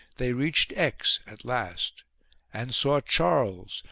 they reached aix at last and saw charles,